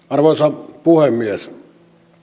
arvoisa puhemies